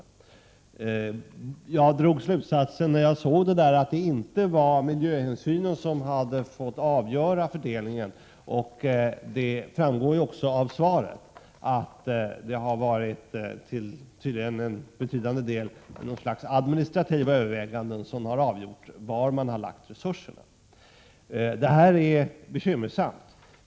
När jag fick uppgiften drog jag slutsatsen att det inte var miljöhänsynen som hade fått avgöra hur fördelningen skedde, och det framgår också av svaret att det till betydande del har varit något slags administrativa överväganden som har avgjort var man har lagt resurserna. Läget är bekymmersamt.